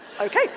Okay